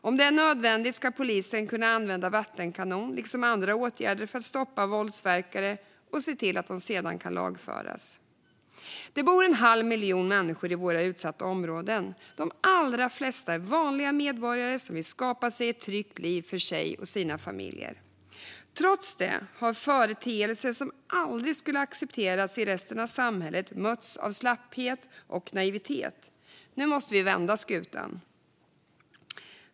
Om det är nödvändigt ska polisen kunna använda vattenkanon liksom andra åtgärder för att stoppa våldsverkare och se till att de sedan kan lagföras. Det bor en halv miljon människor i våra utsatta områden. De allra flesta är vanliga medborgare som vill skapa ett tryggt liv för sig och sina familjer. Trots det har företeelser som aldrig skulle ha accepterats i resten av samhället mötts av slapphet och naivitet. Nu måste vi vända skutan.